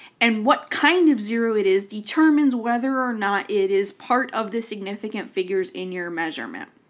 and what kind of zero it is determines whether or not it is part of the significant figures in your measurement.